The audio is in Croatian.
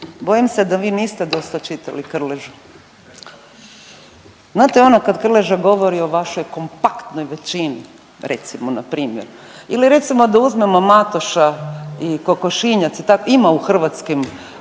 bojim se da vi niste dosta čitali Krležu. Znate ono kad Krleža govori o vašoj kompaktnoj većini recimo na primjer ili recimo da uzmemo Matoša i kokošinjac, ima u hrvatskoj